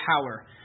power